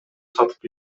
сатып